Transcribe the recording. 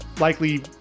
likely